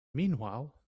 meanwhile